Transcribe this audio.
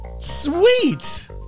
Sweet